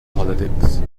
politics